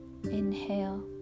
Inhale